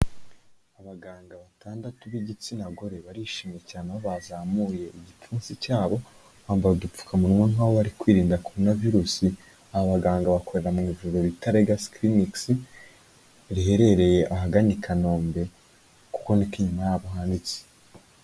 Abaganga batandatu b'igitsina gore barishimye cyane aho bazamuye igipfunsi cyabo bambaye udupfukamunwa nk'aho bari kwirinda korona virusi, abaganga bakorera mu ivuriro bita regasi kirinikisi riherereye ahagana i Kanombe kuko niko inyuma yabo handitse.